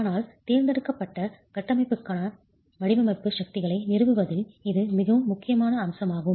ஆனால் தேர்ந்தெடுக்கப்பட்ட கட்டமைப்புக்கான வடிவமைப்பு சக்திகளை நிறுவுவதில் இது மிகவும் முக்கியமான அம்சமாகும்